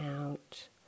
out